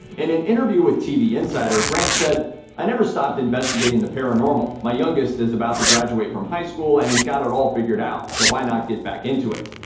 in an interview with tv insider, grant said i never stopped investigating the paranormal. my youngest is about to graduate from high school, and he's got it all figured out, so why not get back into it?